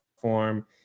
form